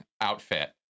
outfit